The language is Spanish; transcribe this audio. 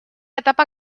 etapa